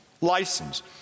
License